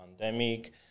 pandemic